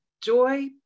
joy